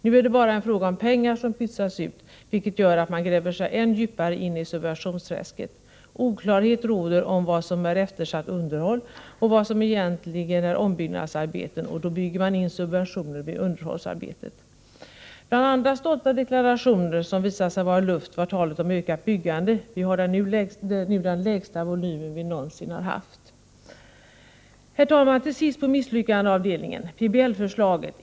Nu är det bara en fråga om pengar som pytsas ut, vilket gör att man gräver sig än djupare in i subventionsträsket. Oklarhet råder om vad som är eftersatt underhåll och vad som är egentliga ombyggnadsarbeten. Då bygger man in subventioner i underhållsarbetet. Bland andra stolta deklarationer som har visat sig vara luft var talet om ökat byggande. Vi har nu den lägsta volym vi någonsin haft. Herr talman! Sist i misslyckandeavdelningen kommer PBL-förslaget.